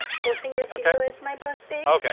posting this video is my birthday.